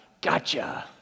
Gotcha